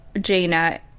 Jaina